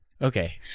Okay